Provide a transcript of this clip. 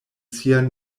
sia